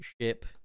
ship